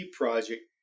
project